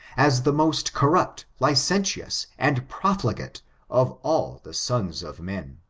as the most corrupt, licentious, and profligate of all the sons of men.